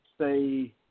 say